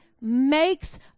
makes